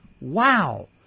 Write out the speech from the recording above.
wow